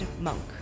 monk